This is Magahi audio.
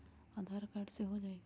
आधार कार्ड से हो जाइ?